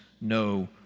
no